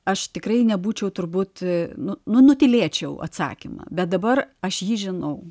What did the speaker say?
aš tikrai nebūčiau turbūt nu nu nutylėčiau atsakymą bet dabar aš jį žinau